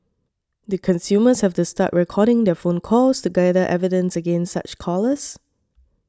do consumers have to start recording their phone calls to gather evidence against such callers